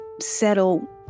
settle